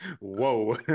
whoa